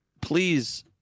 please